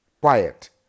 Quiet